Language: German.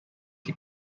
die